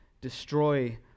destroy